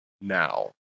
now